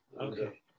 Okay